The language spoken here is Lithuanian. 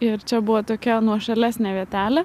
ir čia buvo tokia nuošalesnė vietelė